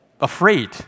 afraid